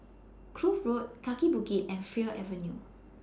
Kloof Road Kaki Bukit and Fir Avenue